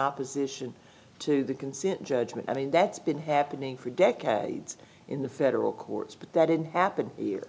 opposition to the consent judgment i mean that's been happening for decades in the federal courts but that didn't happen here